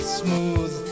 smooth